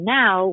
now